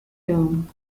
term